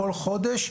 כל חודש,